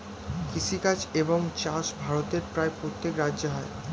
কৃষিকাজ এবং চাষ ভারতের প্রায় প্রত্যেক রাজ্যে হয়